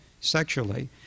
sexually